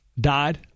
died